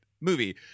movie